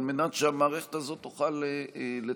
על מנת שהמערכת הזאת תוכל לתפקד.